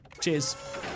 Cheers